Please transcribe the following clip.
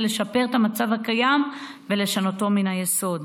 לשפר את המצב הקיים ולשנותו מן היסוד.